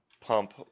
pump